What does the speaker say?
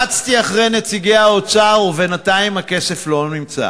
רצתי אחרי נציגי האוצר, ובינתיים הכסף לא נמצא.